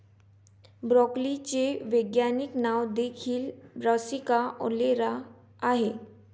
ब्रोकोलीचे वैज्ञानिक नाव देखील ब्रासिका ओलेरा आहे